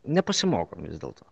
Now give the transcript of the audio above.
nepasimokom vis dėlto